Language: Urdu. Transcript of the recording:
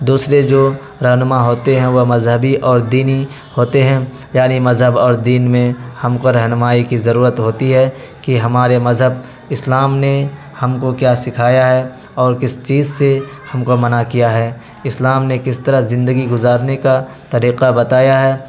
دوسرے جو رہنما ہوتے ہیں وہ مذہبی اور دینی ہوتے ہیں یعنی مذہب اور دین میں ہم کو رہنمائی کی ضرورت ہوتی ہے کہ ہمارے مذہب اسلام نے ہم کو کیا سکھایا ہے اور کس چیز سے ہم کو منع کیا ہے اسلام نے کس طرح زندگی گزارنے کا طریقہ بتایا ہے